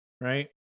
right